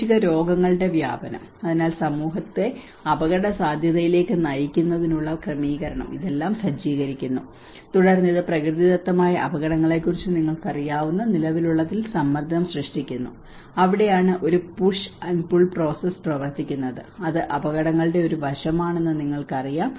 പ്രാദേശിക രോഗങ്ങളുടെ വ്യാപനം അതിനാൽ സമൂഹത്തെ അപകടസാധ്യതയിലേക്ക് നയിക്കുന്നതിനുള്ള ക്രമീകരണം ഇതെല്ലാം സജ്ജീകരിക്കുന്നു തുടർന്ന് ഇത് പ്രകൃതിദത്ത അപകടങ്ങളെക്കുറിച്ച് നിങ്ങൾക്ക് അറിയാവുന്ന നിലവിലുള്ളതിൽ സമ്മർദ്ദം സൃഷ്ടിക്കുന്നു അവിടെയാണ് ഒരു പുഷ് ആൻഡ് പുൾ പ്രോസസ്സ് പ്രവർത്തിക്കുന്നത് അത് അപകടങ്ങളുടെ ഒരു വശമാണെന്ന് നിങ്ങൾക്കറിയാം